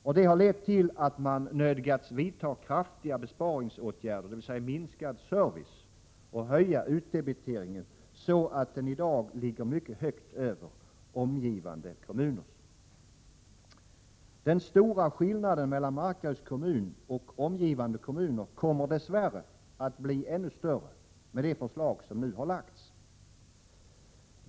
Detta har lett till att kommunen har nödgats vidta kraftiga besparingsåtgärder — dvs. minskad service — och höja utdebiteringen så att den i dag ligger mycket högt över omgivande kommuners. Den stora skillnaden mellan Markaryds kommun och omgivande kommuner kommer dess värre att bli ännu större efter genomförandet av det förslag som nu har lagts fram.